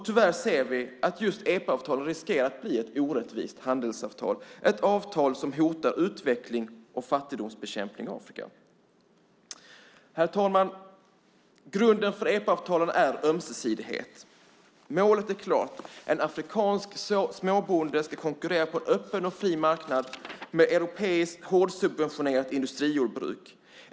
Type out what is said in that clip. Tyvärr ser vi att just EPA-avtalen riskerar att bli orättvisa handelsavtal, avtal som hotar utveckling och fattigdomsbekämpning i Afrika. Herr talman! Grunden för EPA-avtalen är ömsesidighet. Målet är klart. En afrikansk småbonde ska konkurrera på en öppen och fri marknad med europeiskt hårdsubventionerat industrijordbruk.